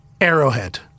Arrowhead